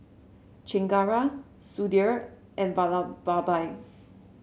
Chengara Sudhir and Vallabhbhai